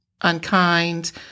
unkind